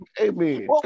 amen